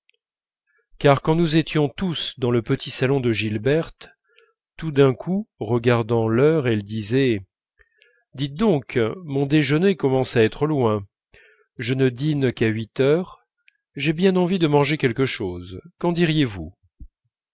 car quand nous étions tous dans le petit salon de gilberte tout d'un coup regardant l'heure elle disait dites donc mon déjeuner commence à être loin je ne dîne qu'à huit heures j'ai bien envie de manger quelque chose qu'en diriez-vous